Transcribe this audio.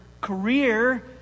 career